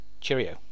Cheerio